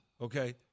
Okay